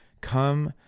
come